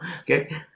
okay